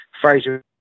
Frazier